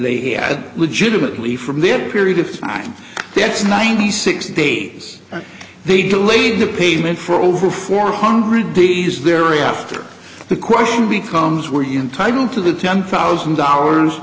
they had legitimately from this period of time that's ninety six days and they delayed the pavement for over four hundred days thereafter the question becomes where you entitled to the ten thousand dollars